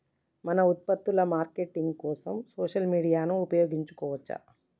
మన ఉత్పత్తుల మార్కెటింగ్ కోసం సోషల్ మీడియాను ఉపయోగించవచ్చా?